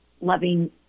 loving